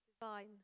divine